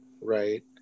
right